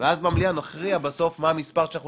ואז במליאה נכריע בסוף מה המס' שאנחנו